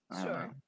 Sure